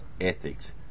ethics